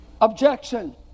Objection